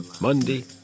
Monday